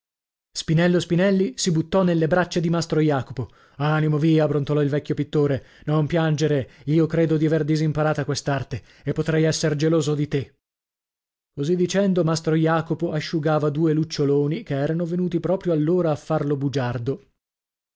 spinello spinelli si buttò nelle braccia di mastro jacopo animo via brontolò il vecchio pittore non piangere io credo di aver disimparata quest'arte e potrei esser geloso di te così dicendo mastro jacopo asciugava due luccioloni che erano venuti proprio allora a farlo bugiardo